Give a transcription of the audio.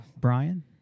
Brian